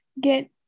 get